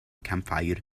campfire